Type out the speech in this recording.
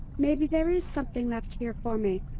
maybe there is something left here for me.